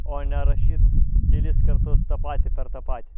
o ne rašyt kelis kartus tą patį per tą patį